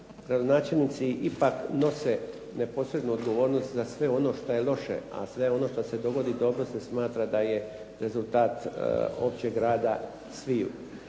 gradonačelnici ipak nose neposrednu odgovornost za sve ono što je loše, a sve ono što se dogodi dobro se smatra da je rezultat općeg rada sviju.